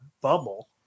bubble